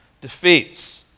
defeats